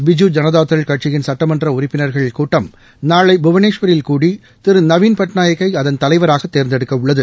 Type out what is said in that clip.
பிஜூ ஜனதாதள் கட்சியின் சட்டமன்ற உறுப்பினர்கள் கூட்டம் நாளை புவனேஸ்வரில் கூடி திரு நவின் பட்நாயக்கை அதன் தலைவராக தேர்ந்தெடுக்கவுள்ளது